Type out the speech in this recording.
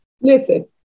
Listen